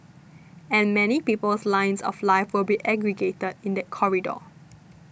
and many people's lines of life will be aggregated in that corridor